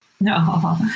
No